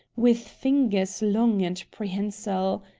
with fingers long and prehensile.